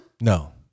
No